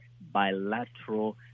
bilateral